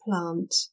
plant